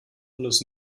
alles